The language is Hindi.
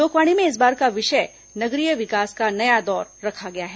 लोकवाणी में इस बार का विषय नगरीय विकास का नया दौर रखा गया है